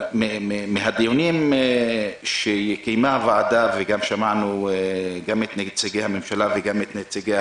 מהדיונים שקיימה הוועדה וגם ממה ששמענו מנציגי הממשלה ונציגי